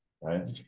right